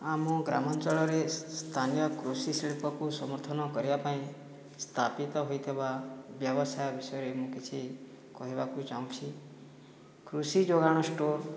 ଆମ ଗ୍ରାମାଞ୍ଚଳରେ ସ୍ଥାନୀୟ କୃଷି ଶିଳ୍ପକୁ ସମର୍ଥନ କରିବା ପାଇଁ ସ୍ଥାପିତ ହୋଇଥିବା ବ୍ୟବସାୟ ବିଷୟରେ ମୁଁ କିଛି କହିବାକୁ ଚାହୁଁଛି କୃଷି ଯୋଗାଣ ଷ୍ଟୋର୍